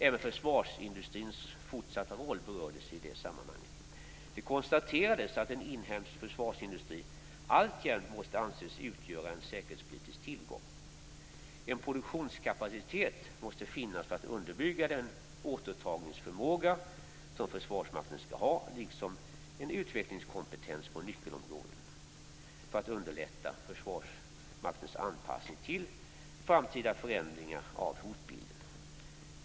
Även försvarsindustrins fortsatta roll berördes i det sammanhanget. Det konstaterades att en inhemsk försvarsindustri alltjämt måste anses utgöra en säkerhetspolitisk tillgång. En produktionskapacitet måste finnas för att underbygga den återtagningsförmåga som Försvarsmakten skall ha, liksom en utvecklingskompetens på nyckelområden för att underlätta Försvarsmaktens anpassning till framtida förändringar av hotbilden.